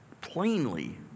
plainly